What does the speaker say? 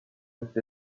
with